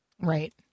Right